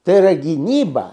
tai yra gynyba